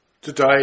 today